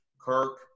Kirk